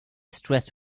stressed